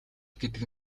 гэдэг